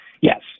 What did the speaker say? yes